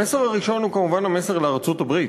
המסר הראשון הוא כמובן המסר לארצות-הברית,